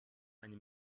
eine